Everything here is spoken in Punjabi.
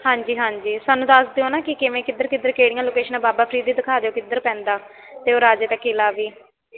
ਹਾਂਜੀ ਹਾਂਜੀ ਸਾਨੂੰ ਦੱਸ ਦਿਓ ਨਾ ਕਿ ਕਿਵੇਂ ਕਿੱਧਰ ਕਿੱਧਰ ਕਿਹੜੀਆਂ ਲੋਕੇਸ਼ਨਾਂ ਬਾਬਾ ਫਰੀਦ ਵੀ ਦਿਖਾ ਦਿਓ ਕਿੱਧਰ ਪੈਂਦਾ ਅਤੇ ਉਹ ਰਾਜੇ ਦਾ ਕਿਲ੍ਹਾ ਵੀ